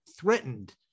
threatened